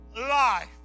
life